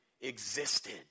Existed